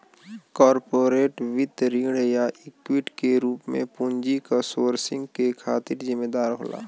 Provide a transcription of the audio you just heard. corporate वित्त ऋण या इक्विटी के रूप में पूंजी क सोर्सिंग के खातिर जिम्मेदार होला